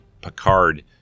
Picard